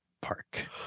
Park